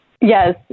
Yes